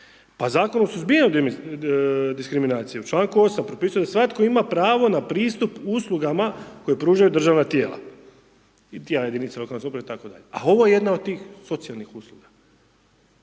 se ne razumije/…diskriminacija. U čl. 8. propisuje da svatko ima pravo na pristup uslugama koje pružaju državna tijela i tijela jedinice lokalne samouprave itd., a ovo je jedna o tih socijalnih usluga